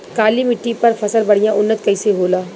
काली मिट्टी पर फसल बढ़िया उन्नत कैसे होला?